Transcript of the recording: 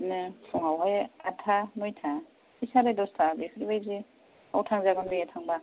बिदिनो फुंआवहाय आठथा नयथा एसे साराय दसथा बेफोर बायदिआव थांजागोन बे थांबा